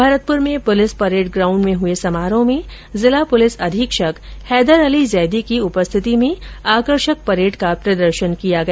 भरतपुर में police parade ground में हुए समारोह में जिला पुलिस अधीक्षक हैदरअली जैदी की उपस्थिति में आकर्षक परैड का प्रदर्शन किया गया